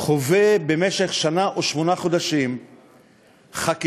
חווה במשך שנה ושמונה חודשים חקיקה